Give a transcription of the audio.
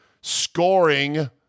scoring